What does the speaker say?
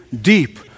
deep